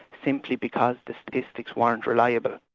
simply because the statistics weren't reliable.